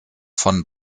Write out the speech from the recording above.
von